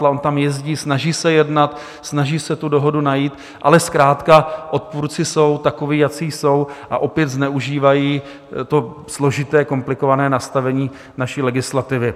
On tam jezdí, snaží se jednat, snaží se tu dohodu najít, ale zkrátka odpůrci jsou takoví, jací jsou, a opět zneužívají to složité, komplikované nastavení naší legislativy.